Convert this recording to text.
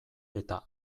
eta